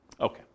Okay